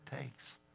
takes